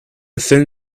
thin